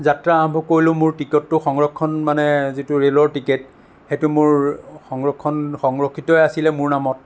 যাত্ৰা আৰম্ভ কৰিলোঁ মোৰ টিকটটো সংৰক্ষণ মানে যিটো ৰেলৰ টিকট সেইটো মোৰ সংৰক্ষণ সংৰক্ষিতই আছিল মোৰ নামত